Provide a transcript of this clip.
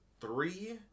three